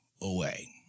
away